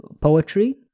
poetry